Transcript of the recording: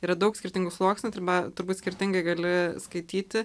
yra daug skirtingų sluoksnių arba turbūt skirtingai gali skaityti